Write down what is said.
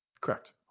correct